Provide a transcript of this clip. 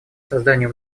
созданию